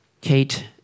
Kate